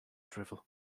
drivel